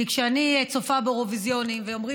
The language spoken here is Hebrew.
כי כשאני צופה באירוֹויזיונים ואומרים